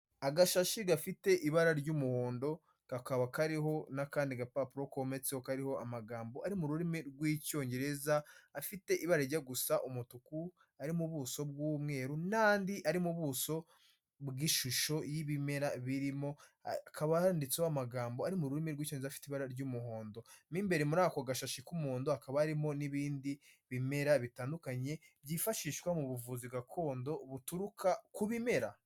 Agashashi gafite ibara ry'umuhondo kakaba kariho n'akandi gapapuro kometseho kariho amagambo ari mu rurimi rw'Icyongereza afite ibara rijya gusa umutuku ari mu buso bw'umweru n'andi ari mu buso bw'ishusho y'ibimera birimo. Hakaba handitseho amagambo ari mu rurimi rw'Icyongereza afite ibara ry'umuhondo. Mu imbere muri ako gashashi k'umuhondo hakaba harimo n'ibindi bimera bitandukanye byifashishwa mu buvuzi gakondo buturuka ku bimera.